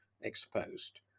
exposed